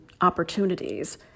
opportunities